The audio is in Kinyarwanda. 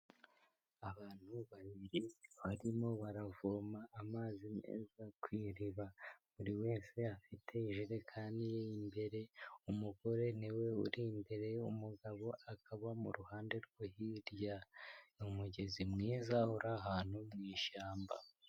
Abantu babiri barimo baravoma amazi meza ku iriba, buri wese afite ijerekani iri imbere, umugore niwe uri imbere, umugabo akaba mu ruhande rwe hirya, ni umugezi mwiza, uri ahantu mu ishyamba.